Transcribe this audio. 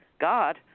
God